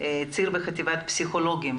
ציר בחטיבת פסיכולוגים,